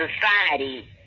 society